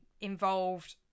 involved